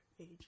age